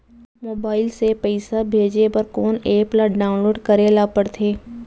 Mobile से पइसा भेजे बर कोन एप ल डाऊनलोड करे ला पड़थे?